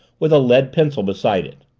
with a lead pencil beside it.